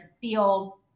feel